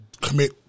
commit